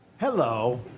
Hello